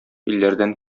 илләрдән